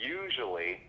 usually